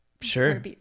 Sure